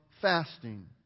fasting